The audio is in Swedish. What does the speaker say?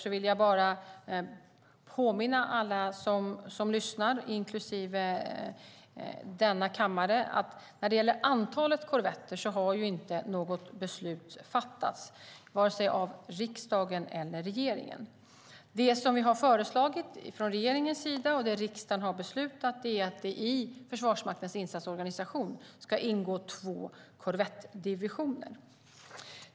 Jag vill påminna alla som lyssnar, inklusive dem i denna kammare, om att inget beslut har fattats av vare sig riksdagen eller regeringen om antalet korvetter. Det som vi har föreslagit från regeringens sida och som riksdagen har beslutat om är att det i Försvarsmaktens insatsorganisation ska ingå två korvettdivisioner.